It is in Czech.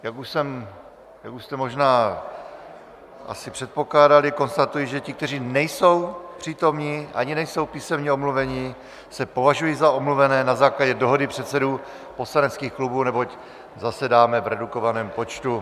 Jak už jste možná asi předpokládali, konstatuji, že ti, kteří nejsou přítomni ani nejsou písemně omluveni, se považují za omluvené na základě dohody předsedů poslaneckých klubů, neboť zasedáme v redukovaném počtu.